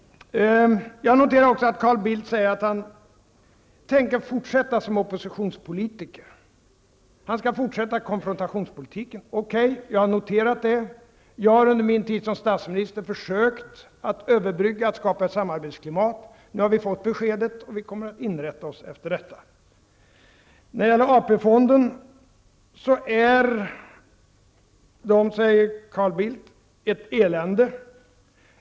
Jag noterar också att Carl Bildt säger att han tänker fortsätta som oppositionspolitiker. Han skall fortsätta konfrontationspolitiken. OK, jag har noterat det. Jag har under min tid som statsminister försökt att överbrygga motsättningar och skapa ett samarbetsklimat. Nu har vi fått besked, och vi kommer att inrätta oss efter detta. Carl Bildt säger att AP-fonderna är ett elände.